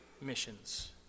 missions